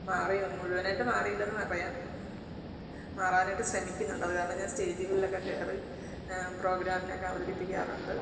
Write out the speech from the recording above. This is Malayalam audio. മാറിയും മുഴുവനായിട്ട് മാറില്ലെന്ന് പറയാം മാറാനായിട്ട് ശ്രമിക്കുന്നുണ്ട് അത് കാരണം ഞാൻ സ്റ്റേജുകളിലൊക്കെ കയറി പ്രോഗ്രാമിനൊക്കെ അവതരിപ്പിക്കാറുണ്ട്